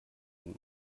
ihm